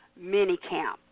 minicamp